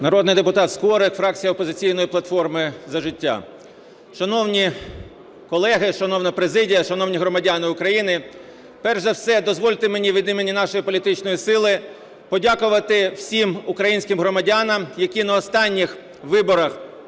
Народний депутат Скорик, фракція "Опозиційної платформи – За життя". Шановні колеги, шановна президія, шановні громадяни України! Перш за все, дозвольте мені від імені нашої політичної сили подякувати всім українським громадянам, які на останніх місцевих